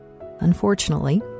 unfortunately